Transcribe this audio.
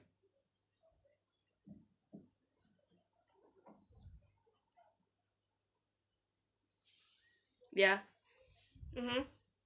ya mmhmm